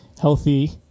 healthy